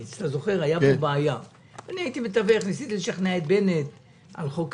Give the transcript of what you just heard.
אין לי בעיה שאתם קובעים שזה